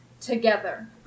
together